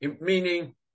Meaning